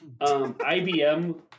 IBM